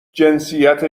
جنسیت